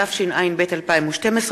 התשע"ב 2012,